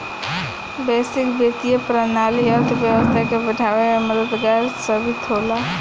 वैश्विक वित्तीय प्रणाली अर्थव्यवस्था के बढ़ावे में मददगार साबित होला